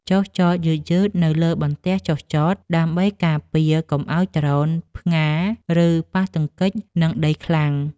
ចុះចតយឺតៗនៅលើបន្ទះចុះចត ដើម្បីការពារកុំឱ្យដ្រូនផ្ងារ ឬប៉ះទង្គិចនឹងដីខ្លាំង។